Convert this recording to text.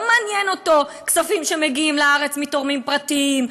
לא מעניין אותו כספים שמגיעים לארץ מתורמים פרטיים,